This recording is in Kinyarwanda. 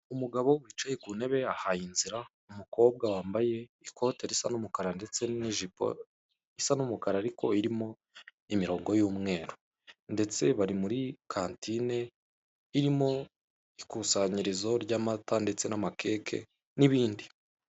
Umugabo wicaye ku ntebe ahaye inzira umukobwa wambaye ikote risa n'umukara ndetse n'ijipo isa n'umukara ariko irimo imirongo y'umweru ndetse bari muri kantine irimo ikusanyirizo ry'amata ndetse n'amakeke n'ibindi.